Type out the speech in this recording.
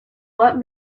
what